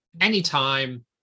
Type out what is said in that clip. anytime